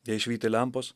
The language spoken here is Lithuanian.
jei švyti lempos